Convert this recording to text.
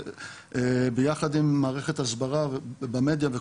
ביחד עם מערכת הסברה במדיה.